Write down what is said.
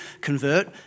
convert